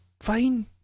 fine